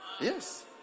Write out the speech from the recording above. Yes